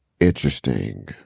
interesting